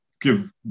give